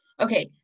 Okay